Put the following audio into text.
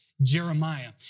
Jeremiah